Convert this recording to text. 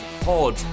pod